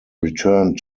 returned